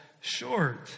short